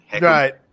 Right